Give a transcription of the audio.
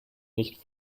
nicht